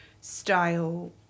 style